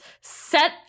set